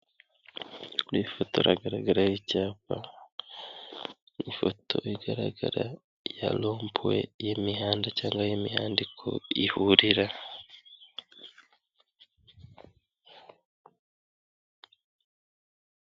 Yifotaraga ari imbere icyapa ,ifoto igaragara ya lopuwe aho imihanda cyangwa imihanda ihurira.